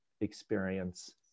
experience